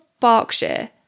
Berkshire